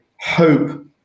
hope